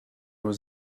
was